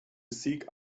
seek